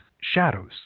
shadows